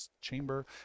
chamber